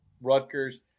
Rutgers